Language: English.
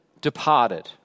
departed